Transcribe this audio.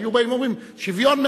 היו באים ואומרים: שוויון,